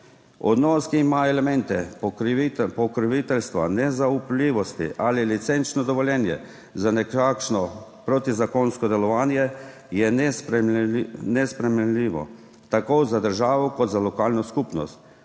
Odnos, ki ima elemente pokroviteljstva, nezaupljivosti ali licenčno dovoljenje za nekakšno protizakonsko delovanje, je nesprejemljiv tako za državo kot za lokalno skupnost.